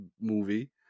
movie